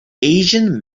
asian